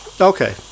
Okay